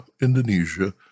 Indonesia